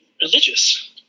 religious